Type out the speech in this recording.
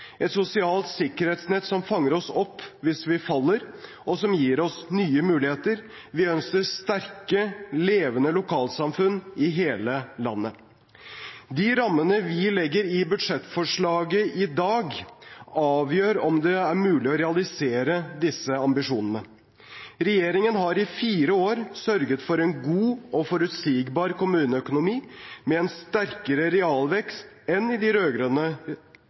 et sosialt sikkerhetsnett som fanger oss opp hvis vi faller, og som gir oss nye muligheter. Vi ønsker sterke, levende lokalsamfunn i hele landet. De rammene vi legger i behandlingen av budsjettforslaget i dag, avgjør om det er mulig å realisere disse ambisjonene. Regjeringen har i fire år sørget for en god og forutsigbar kommuneøkonomi, med en sterkere realvekst enn i de